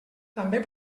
també